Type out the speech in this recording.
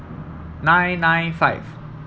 nine nine five